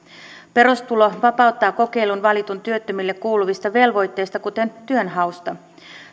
perustulo vapauttaa kokeiluun valitun työttömille kuuluvista velvoitteista kuten työnhausta